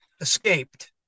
Escaped